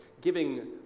giving